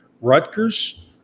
Rutgers